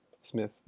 Smith